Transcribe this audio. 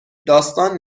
داستان